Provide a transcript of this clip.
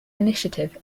initiative